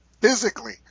physically